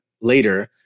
later